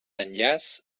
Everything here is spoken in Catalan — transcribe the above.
enllaç